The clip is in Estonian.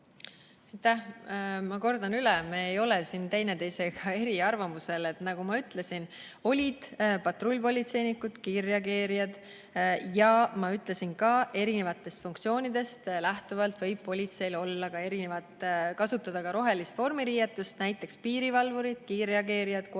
Ma kordan üle: me ei ole siin erinevatel arvamustel. Nagu ma ütlesin, olid patrullpolitseinikud, kiirreageerijad. Ma ütlesin ka, et erinevatest funktsioonidest lähtuvalt võib politseil olla kasutada ka rohelist vormiriietust, näiteks piirivalvurid, kiirreageerijad, koerajuhid.